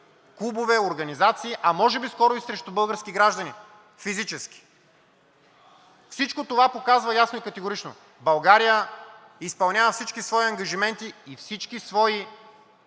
клубове, организации, а може би, скоро и срещу български граждани – физически. Всичко това показва ясно и категорично България изпълнява всички свои ангажименти и всички свои